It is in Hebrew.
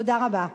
תודה רבה.